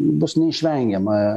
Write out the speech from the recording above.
bus neišvengiama